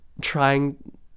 trying